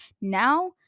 now